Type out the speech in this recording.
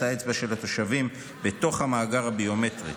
האצבע של תושבים בתוך המאגר הביומטרי.